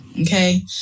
okay